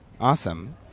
Awesome